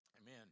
amen